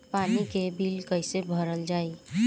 पानी के बिल कैसे भरल जाइ?